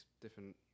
different